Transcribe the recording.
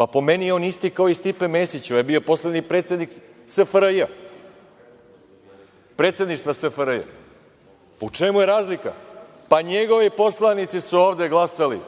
Po meni je on isti kao i Stipe Mesić. Ovaj je bio poslednji predsednik SFRJ, predsedništva SFRJ.U čemu je razlika? Njegovi poslanici su ovde glasali